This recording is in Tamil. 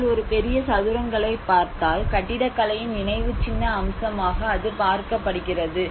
நீங்கள் ஒரு பெரிய சதுரங்களைப் பார்த்தால் கட்டிடக்கலையின் நினைவுச்சின்ன அம்சமாக அது பார்க்கப்படுகிறது